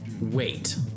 Wait